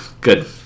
good